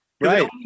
Right